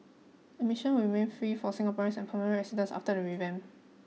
admission will remain free for Singaporeans and permanent residents after the revamp